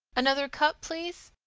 another cup, please?